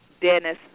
Dennis